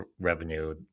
revenue